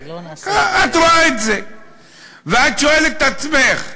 את רואה את זה ואת שואלת את עצמך: